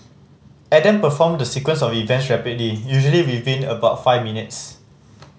Adam performed the sequence of events rapidly usually within about five minutes